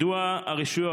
מדוע הרשויות,